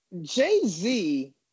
Jay-Z